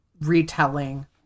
retelling